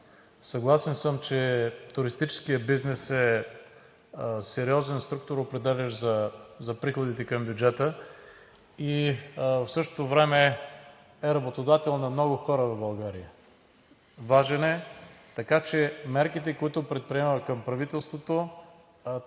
Съгласен съм, че туристическият бизнес е сериозен, структуроопределящ за приходите към бюджета и в същото време е работодател на много хора в България. Важен е, така че мерките, които предприемаме от правителството,